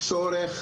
צורך